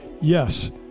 Yes